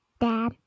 Dad